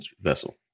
vessel